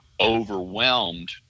overwhelmed